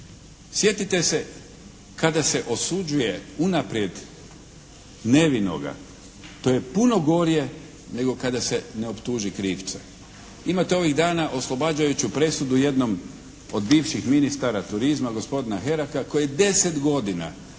Sjetite se kada se osuđuje unaprijed nevinoga, to je puno gore nego kada se ne optuži krivce. Imate ovih dana oslobađajuću presudu jednom od bivših ministara turizma, gospodina Heraka koji je 10 godina bio na